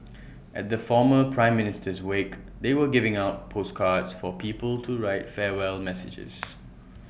at the former prime Minister's wake they were giving out postcards for people to write farewell messages